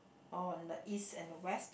or on the east and the west